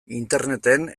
interneten